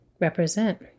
represent